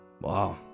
Wow